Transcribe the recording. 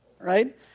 right